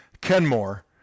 Kenmore